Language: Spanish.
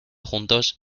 juntos